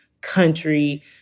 country